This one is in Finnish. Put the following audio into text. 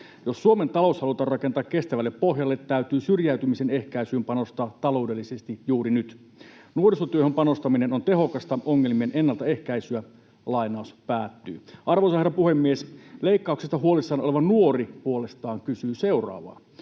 Jos Suomen talous halutaan rakentaa kestävälle pohjalle, täytyy syrjäytymisen ehkäisyyn panostaa taloudellisesti juuri nyt. Nuorisotyöhön panostaminen on tehokasta ongelmien ennaltaehkäisyä.” Arvoisa herra puhemies! Leikkauksista huolissaan oleva nuori puolestaan kysyy seuraavaa: